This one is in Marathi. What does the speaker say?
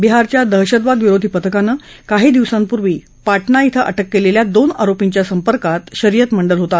बिहारच्या दहशतवाद विरोधी पथकानं काही दिवसांपूर्वी पाटणा इथं अटक क्लिस्ता दोन आरोपींच्या संपर्कात शरीयत मंडल होता